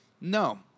No